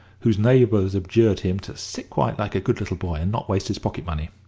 whose neighbours adjured him to sit quiet like a good little boy and not waste his pocket-money.